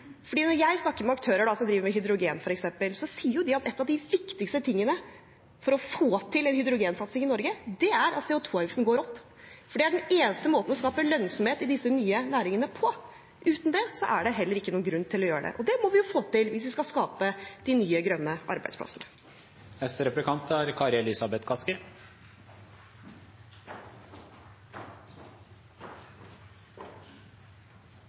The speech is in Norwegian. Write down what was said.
Når jeg snakker med aktører som f.eks. driver med hydrogen, sier de at en av de viktigste tingene for å få til en hydrogensatsing i Norge er at CO 2 -avgiften går opp, for det er den eneste måten å skape lønnsomhet i disse nye næringene på. Uten det er det heller ikke noen grunn til å gjøre det. Det må vi få til hvis vi skal skape de nye grønne